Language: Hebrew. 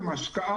אם ההשקעה